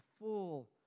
full